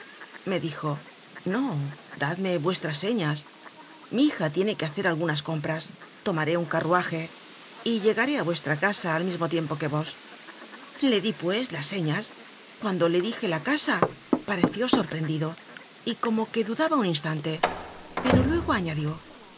me dijo no dadme vuestras señas mi hija tiene que hacer algunas compras tomaré un carruaje y llegaré á vuestra casa al mismo tiempo que vos le di pues las señas cuando le dije la casa pareció sorprendido y como que dudaba un instante pero luego añadió